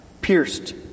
pierced